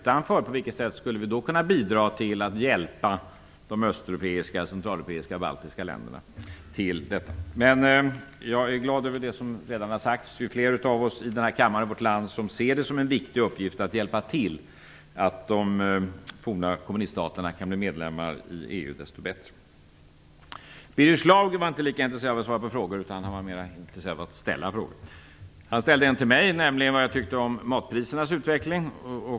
Men på vilket sätt skulle vi kunna bidra till att hjälpa de östeuropeiska, centraleuropeiska och baltiska länderna i detta sammanhang, om Sverige hamnar utanför EU? Jag är ändå glad över det som redan har sagts. Ju fler av oss här i kammaren som ser det som en viktig uppgift att hjälpa till så att de forna kommuniststaterna kan bli medlemmar i EU, desto bättre. Birger Schlaug var inte lika intresserad av att svara på frågor utan var mer intresserad av att ställa frågor. Han ställde en till mig, nämligen om vad jag tycker om matprisernas utveckling.